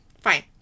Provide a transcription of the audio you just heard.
Fine